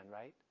right